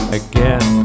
again